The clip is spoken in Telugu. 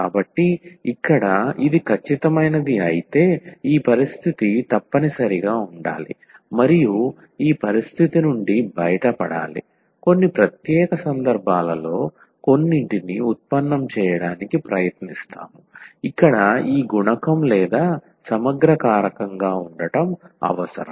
కాబట్టి ఇక్కడ ఇది ఖచ్చితమైనది అయితే ఈ పరిస్థితి తప్పనిసరిగా ఉండాలి మరియు ఈ పరిస్థితి నుండి బయటపడాలి కొన్ని ప్రత్యేక సందర్భాలలో కొన్నింటిని ఉత్పన్నం చేయడానికి ప్రయత్నిస్తాము ఇక్కడ ఈ గుణకం లేదా సమగ్ర కారకంగా అవసరం